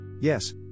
Yes